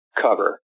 cover